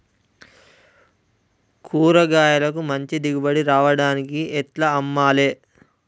కూరగాయలకు మంచి దిగుబడి రావడానికి ఎట్ల అమ్మాలే?